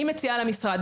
אני מציעה למשרד: